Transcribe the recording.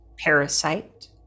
parasite